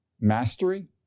Mastery